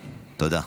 תודה.